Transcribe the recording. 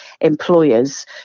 employers